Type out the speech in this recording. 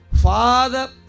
Father